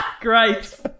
Great